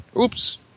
Oops